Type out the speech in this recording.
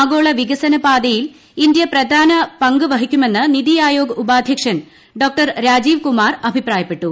ആഗോള വികസന പാതയിൽ ഇന്ത്യ പ്രധാന പങ് വഹിക്കുമെന്ന് നിതി ആയോഗ് ഉപാധ്യക്ഷൻ ഡോ രാജീവ് കുമാർ അഭിപ്രായപ്പെട്ടു